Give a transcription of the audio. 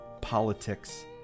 politics